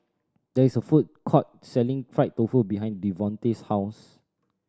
there is a food court selling fried tofu behind Devontae's house